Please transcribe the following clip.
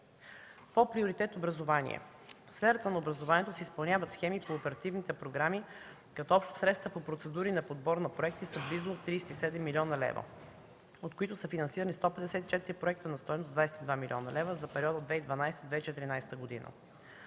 По приоритет „Образование”. В сферата на образованието се изпълняват схеми по оперативните програми, като общо средствата по процедури на подбор на проектите са близо 37 млн. лв., от които са финансирани 154 проекта на стойност 22 млн. лв. за периода от 2012-2014 г.